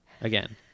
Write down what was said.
again